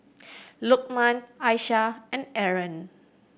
Lokman Aisyah and Aaron